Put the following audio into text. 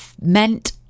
meant